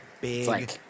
big